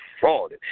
fraud